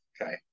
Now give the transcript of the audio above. Okay